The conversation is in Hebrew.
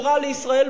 שהוא רע לישראל,